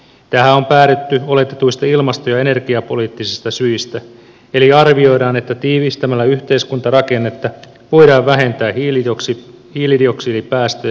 tähän on päädytty oletetuista ilmasto ja energiapoliittisista syistä eli arvioidaan että tiivistämällä yhteiskuntarakennetta voidaan vähentää hiilidioksidipäästöjä